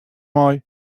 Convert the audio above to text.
mei